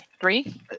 three